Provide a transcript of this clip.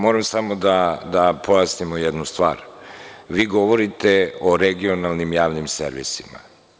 Moram samo da pojasnim jednu stvar, vi govorite o regionalnim javnim servisima.